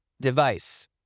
device